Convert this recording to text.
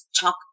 talk